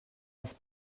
les